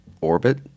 orbit